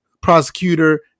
Prosecutor